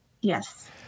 Yes